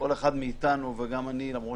כל אחד מאיתנו, וגם אני, למרות